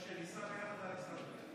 משה, ניסע ביחד לאלכסנדריה.